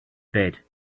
bed